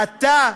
עתה,